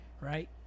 Right